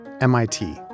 MIT